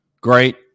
great